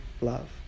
love